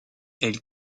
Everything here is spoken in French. elle